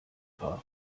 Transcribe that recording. fahren